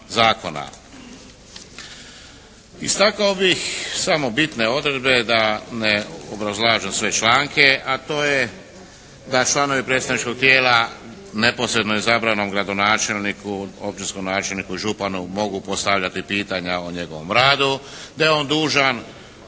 Istakao bih samo bitne odredbe, da ne obrazlažem sve članke a to je da članovi predstavničkog tijela neposredno izabranom gradonačelniku, općinskom načelniku i županu mogu postavljati pitanja o njegovom radu. Da je on dužan